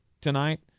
tonight